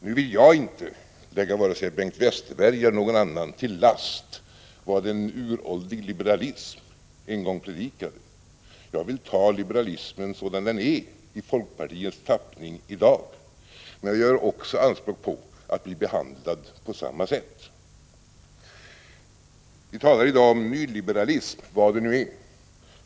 Nu vill jag inte lägga vare sig Bengt Westerberg eller någon annan till last vad en uråldrig liberalism en gång predikade. Jag vill ta liberalismen sådan den är i folkpartiets tappning i dag. Men jag vill också göra anspråk på att bli behandlad på samma sätt. Vi talar i dag om nyliberalism, vad det nu är.